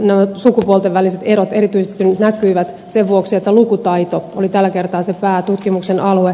nämä sukupuolten väliset erot erityisesti nyt näkyivät sen vuoksi että lukutaito oli tällä kertaa päätutkimuksen alue